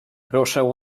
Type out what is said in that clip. proszę